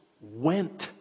went